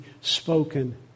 spoken